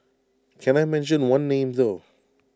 can I mention one name though